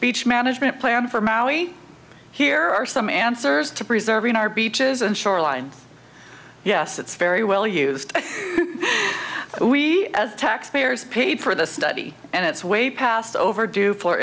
beach management plan for maui here are some answers to preserving our beaches and shoreline yes it's very well used we as taxpayers paid for the study and it's way past overdue for